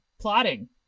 plotting